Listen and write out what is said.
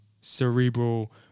cerebral